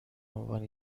عنوان